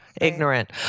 Ignorant